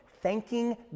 thanking